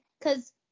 cause